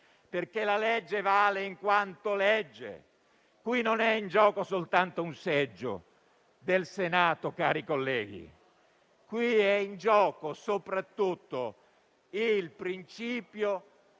perché la legge vale in quanto legge. Qui non è in gioco soltanto un seggio del Senato, cari colleghi, è in gioco soprattutto il principio